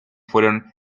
fueron